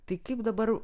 tai kaip dabar